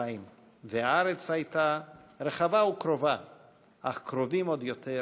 כפיים / והארץ הייתה רחבה וקרובה / אך קרובים עוד יותר